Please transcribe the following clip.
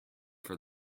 for